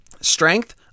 Strength